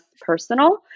personal